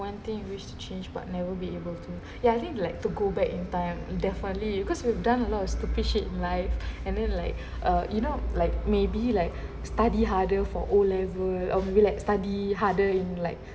one thing you wish to change but never be able to ya I think like to go back in time definitely because we've done a lot of stupid shit in life and then like uh you know like maybe like study harder for O-level or maybe like study harder in like